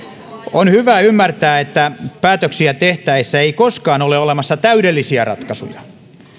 on hyvä ymmärtää että päätöksiä tehtäessä ei koskaan ole olemassa täydellisiä ratkaisuja